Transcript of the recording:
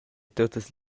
tuttas